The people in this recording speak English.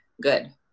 good